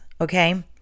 Okay